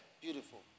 Beautiful